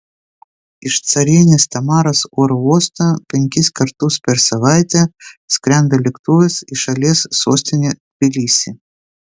iš carienės tamaros oro uosto penkis kartus per savaitę skrenda lėktuvas į šalies sostinę tbilisį